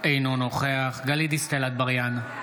אינו נוכח גלית דיסטל אטבריאן,